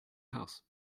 house